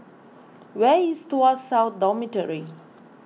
where is Tuas South Dormitory